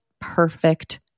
perfect